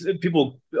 people